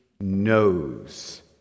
knows